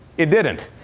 it didn't.